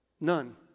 None